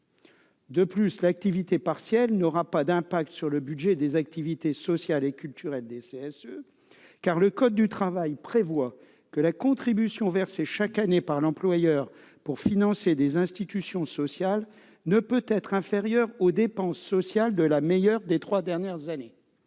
De plus, l'activité partielle n'aura pas d'impact sur le budget des activités sociales et culturelles des CSE. En effet, le code du travail prévoit que la contribution versée chaque année par l'employeur pour financer des institutions sociales ne peut pas être inférieure aux dépenses sociales de la meilleure des trois dernières années.